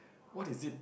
what is it